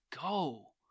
go